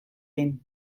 egin